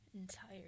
Entire